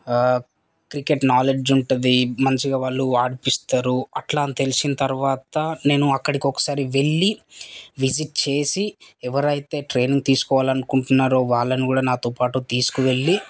cricket knowledge ఉంటటుంది మంచిగా వాళ్ళు ఆడిపస్తారు అట్లా తెలిసిన తర్వాత నేను అక్కడికి ఒకసారి వెళ్ళి విజిట్ చేసి ఎవరైతే ట్రైనింగ్ తీసుకోవాలనుకుంటున్నారో వాళ్ళను కూడా నాతో పాటు తీసుకు వెళ్ళి